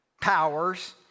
powers